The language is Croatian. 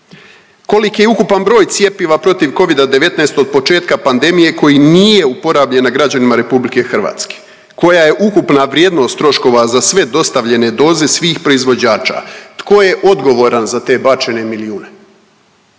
Koliki je ukupan broj cjepiva protiv Covida-19 od početka pandemije koji nije uporabljen na građanima RH. Koja je ukupna vrijednost troškova za sve dostavljene doze svih proizvođača? Tko je odgovoran za te bačene milijune?